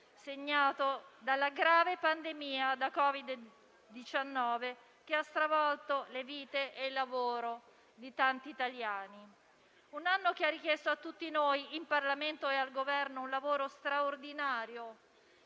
segnato dalla grave pandemia da Covid-19, che ha stravolto le vite e il lavoro di tanti italiani. Un anno che ha richiesto a tutti noi, in Parlamento e al Governo, un lavoro straordinario,